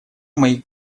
моих